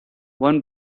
one